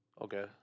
okay